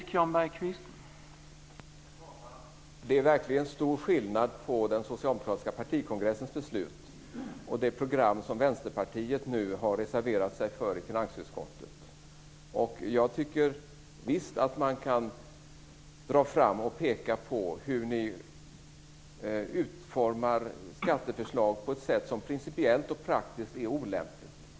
Herr talman! Det är verkligen stor skillnad mellan den socialdemokratiska partikongressens beslut och det program som Vänsterpartiet nu har reserverat sig för i finansutskottet. Jag tycker visst att man kan peka på hur ni utformar skatteförslag på ett sätt som principiellt och praktiskt är olämpligt.